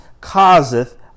causeth